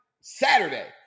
Saturday